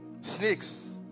snakes